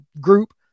group